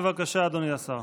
בבקשה, אדוני השר.